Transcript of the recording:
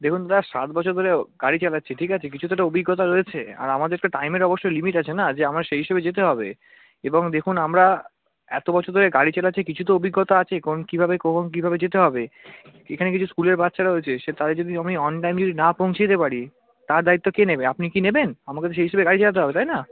দেখুন দাদা সাত বছর ধরে গাড়ি চালাচ্ছি ঠিক আছে কিছু তো একটা অভিজ্ঞতা রয়েছে আর আমাদের তো টাইমের অবশ্যই লিমিট আছে না যে আমার সেই হিসেবে যেতে হবে এবং দেখুন আমরা এত বছর ধরে গাড়ি চালাচ্ছি কিছু তো অভিজ্ঞতা আছে কোন কীভাবে কখন কীভাবে যেতে হবে এখানে কিছু স্কুলের বাচ্চা রয়েছে সে তাদের যদি আমি অন টাইম যদি না পৌঁছে দিতে পারি তার দায়িত্ব কে নেবে আপনি কি নেবেন আমাকে তো সেই হিসেবে গাড়ি চালাতে হবে তাই না